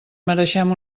mereixem